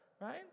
Right